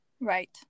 Right